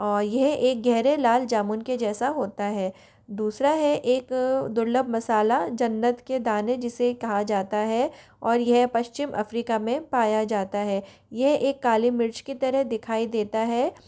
औ यह एक गहरे लाल जामुन के जैसा होता है दूसरा है एक दुर्लभ मसाला जन्नत के दाने जिसे कहा जाता है और यह पश्चिम अफ्रीका में पाया जाता है यह एक काली मिर्च की तरह दिखाई देता है